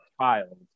child